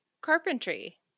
carpentry